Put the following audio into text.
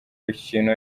rukino